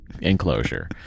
enclosure